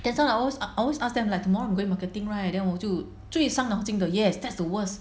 that's why I always ask I always ask them like tomorrow I'm going marketing right then 我就最伤脑筋的 yes that's the worst